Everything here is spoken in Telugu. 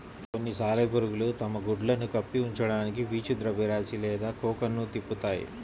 కొన్ని సాలెపురుగులు తమ గుడ్లను కప్పి ఉంచడానికి పీచు ద్రవ్యరాశి లేదా కోకన్ను తిప్పుతాయి